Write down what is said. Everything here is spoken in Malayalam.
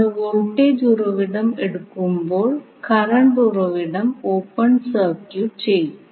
നമ്മൾ വോൾട്ടേജ് ഉറവിടം എടുക്കുമ്പോൾ കറന്റ് ഉറവിടം ഓപ്പൺ സർക്യൂട്ട് ചെയ്യും